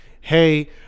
hey